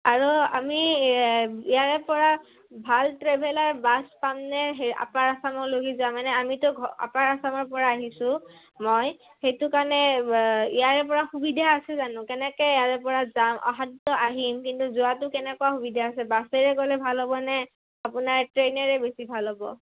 আৰু আমি ইয়াৰেপৰা ভাল ট্ৰেভেলাৰ বাছ পামনে সেই আপাৰ আচামৰলৈকে যোৱা মানে আমিতো ঘৰ আপাৰ আসামৰপৰা আহিছোঁ মই সেইটো কাৰণে ইয়াৰেপৰা সুবিধা আছে জানো কেনেকৈ ইয়াৰেপৰা যাম অহাটোতো আহিম কিন্তু যোৱাটো কেনেকুৱা সুবিধা আছে বাছেৰে গ'লে ভাল হ'বনে আপোনাৰ ট্ৰেইনেৰে বেছি ভাল হ'ব